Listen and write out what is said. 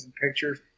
pictures